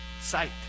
Sight